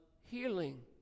healing